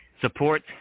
support